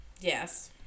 Yes